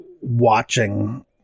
watching